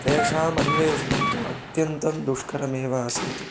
तेषाम् अन्वेषणं तु अत्यन्तं दुष्करमेव आसीत्